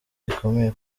gikomeye